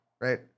right